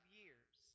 years